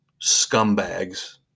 scumbags